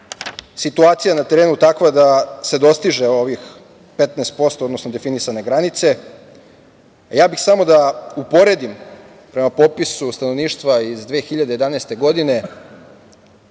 situacija na terenu takva da se dostiže ovih 15%, odnosno definisane granice. Samo bih da uporedim prema popisu stanovništva iz 2011. godine